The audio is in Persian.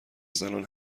زنان